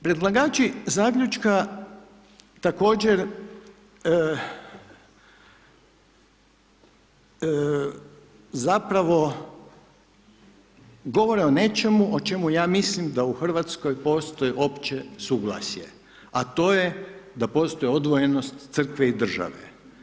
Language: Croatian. Predlagači zaključka također zapravo govore o nečemu o čemu ja mislim da u Hrvatskoj postoji opće suglasje, a to je da postoji odvojenost crkve i države.